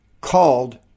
called